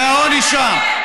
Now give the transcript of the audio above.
מהעוני שם,